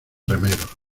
remeros